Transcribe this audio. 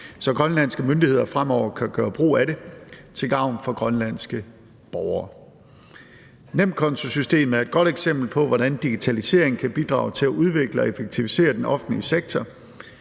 så grønlandske myndigheder fremover kan gøre brug af det til gavn for grønlandske borgere. Nemkontosystemet er et godt eksempel på, hvordan digitalisering kan bidrage til at udvikle og effektivisere den offentlige sektor,